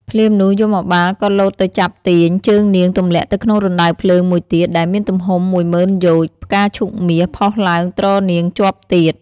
ភ្លាមនោះ យមបាលក៏លោតទៅចាប់ទាញ ជើងនាងទម្លាក់ទៅក្នុងរណ្តៅភ្លើងមួយទៀតដែលមានទំហំមួយម៉ឺនយោជន៍ ផ្កាឈូកមាស ផុសឡើងទ្រនាងជាប់ទៀត ។